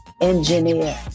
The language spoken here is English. engineer